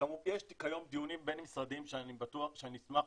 יש כיום דיונים בין-משרדיים שאני אשמח